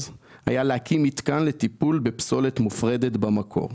הייתה להקים מתקן לטיפול בפסולת מופרדת במקור.